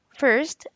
first